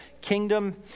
kingdom